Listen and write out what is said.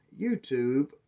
YouTube